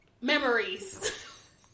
Memories